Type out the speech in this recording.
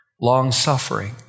long-suffering